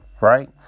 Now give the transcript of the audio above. right